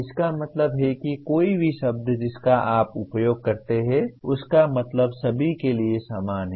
इसका मतलब है कि कोई भी शब्द जिसका आप उपयोग करते हैं उसका मतलब सभी के लिए समान है